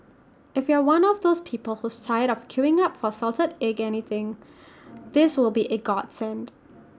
if you're one of those people who's tired of queuing up for salted egg anything this will be A godsend